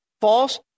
False